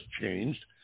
changed